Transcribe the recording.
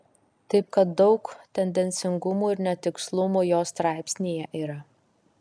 taip kad daug tendencingumų ir netikslumų jos straipsnyje yra